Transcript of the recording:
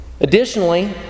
Additionally